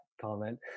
comment